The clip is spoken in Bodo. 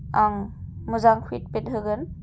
आं मोजां फिडबेक होगोन